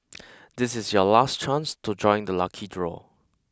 this is your last chance to join the lucky draw